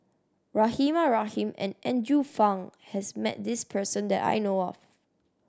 Rahimah Rahim and Andrew Phang has met this person that I know of